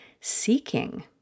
seeking